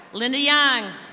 lida yang.